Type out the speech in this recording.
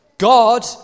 God